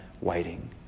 waiting